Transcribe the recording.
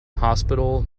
hospital